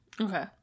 Okay